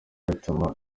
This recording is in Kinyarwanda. bituma